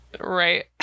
Right